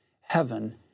Heaven